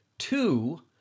Two